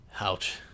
Ouch